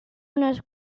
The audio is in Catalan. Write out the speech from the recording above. unes